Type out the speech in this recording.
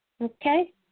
Okay